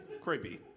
Creepy